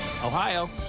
Ohio